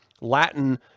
Latin